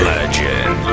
Legend